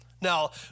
Now